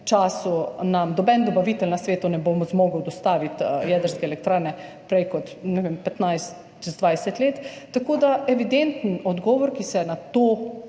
nam noben dobavitelj na svetu ne bo zmogel dostaviti jedrske elektrarne prej kot, ne vem, čez 15, 20 let. Tako da evidenten odgovor na to,